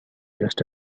just